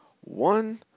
one